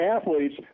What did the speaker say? athletes